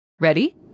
Ready